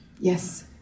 Yes